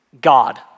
God